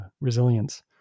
resilience